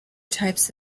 types